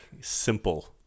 simple